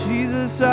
Jesus